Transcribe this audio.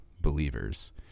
believers